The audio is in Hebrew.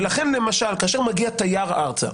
ולכן למשל כאשר מגיע תייר ארצה,